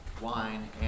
wine